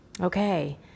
Okay